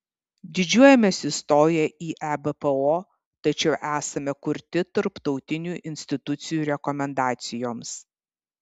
didžiuojamės įstoję į ebpo tačiau esame kurti tarptautinių institucijų rekomendacijoms